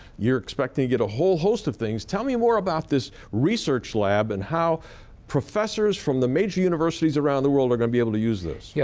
you're expecting to get a whole host of things. tell me more about this research lab and how professors from the major universities around the world are going to be able to use this? yeah